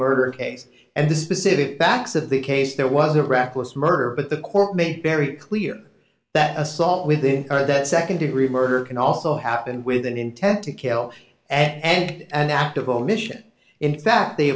murder case and the specific backs of the case there was a reckless murder but the court may very clear that assault within that second degree murder can also happen with an intent to kill and an act of omission in fact they